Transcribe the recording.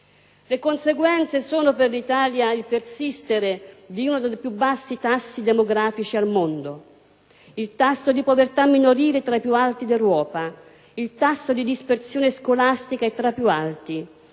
Le conseguenze sono per l'Italia il persistere di uno dei più bassi tassi demografici al mondo, di un tasso di povertà minorile tra i più alti d'Europa e di un tasso di dispersione scolastica tra i più alti: